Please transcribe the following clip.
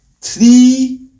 three